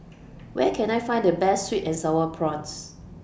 Where Can I Find The Best Sweet and Sour Prawns